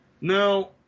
Now